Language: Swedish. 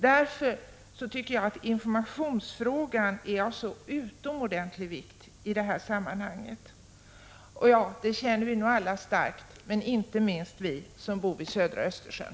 Därför tycker jag att informationsfrågan är av så utomordentlig vikt i det här sammanhanget. Detta känner vi nog alla starkt — men inte minst vi som bor vid södra Östersjön.